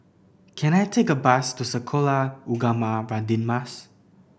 can I take a bus to Sekolah Ugama Radin Mas